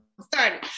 started